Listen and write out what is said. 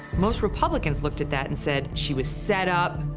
most republicans looked at that and said, she was set up,